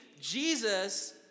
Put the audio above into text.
Jesus